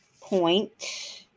point